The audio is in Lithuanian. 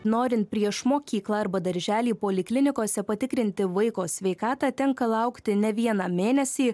norint prieš mokyklą arba darželį poliklinikose patikrinti vaiko sveikatą tenka laukti ne vieną mėnesį